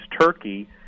Turkey